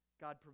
God